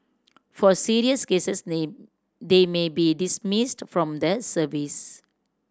for serious cases they may be dismissed from the service